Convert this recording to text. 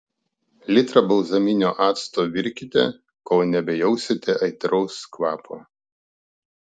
litrą balzaminio acto virkite kol nebejausite aitraus kvapo